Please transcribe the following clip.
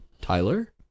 Tyler